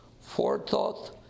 forethought